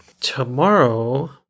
Tomorrow